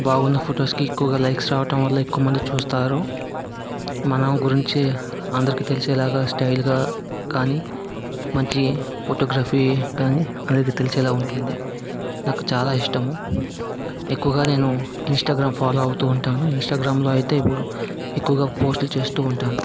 బాగున్నా ఫొటోస్కి ఎక్కువగా లైక్స్ రావటం వల్ల ఎక్కువమంది చూస్తారు మన గురించి అందరికి తెలిసేలాగా స్టైల్గా కానీ మంచి ఫొటోగ్రఫీ కానీ అందరికి తెలిసేలా ఉంటుంది నాకు చాలా ఇష్టము ఎక్కువగా నేను ఇన్స్టాగ్రామ్ ఫాలో అవుతూ ఉంటాను ఇన్స్టాగ్రామ్లో అయితే ఎప్పుడూ ఎక్కువగా పోస్ట్లు చేస్తూ ఉంటాను